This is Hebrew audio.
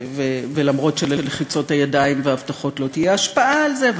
למרות שללחיצות הידיים וההבטחות לא תהיה השפעה על זה,